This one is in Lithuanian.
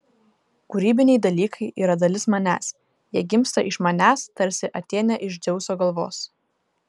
kūrybiniai dalykai yra dalis manęs jie gimsta iš manęs tarsi atėnė iš dzeuso galvos